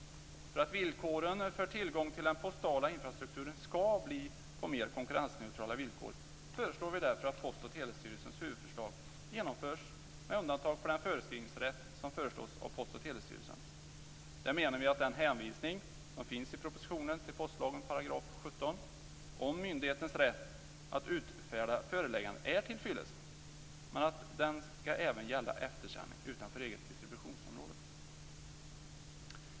För att villkoren för tillgång till den postala infrastrukturen skall bli på mer konkurrensneutrala villkor föreslår vi därför att Post och Telestyrelsens huvudförslag genomförs med undantag för den föreskrivningsrätt som föreslås av Post och Telestyrelsen. Där menar vi att den hänvisning som finns i propositionen till postlagen § 17 om myndighetens rätt att utfärda föreläggande är tillfyllest, men att den även skall gälla eftersändning utanför eget distributionsområde.